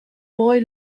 boy